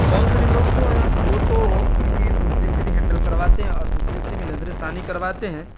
بہت سارے لوگ جو ہے وہ تو کسی دوسرے سے بھی ہینڈل کرواتے ہیں اور دوسرے سے بھی نظر ثانی کرواتے ہیں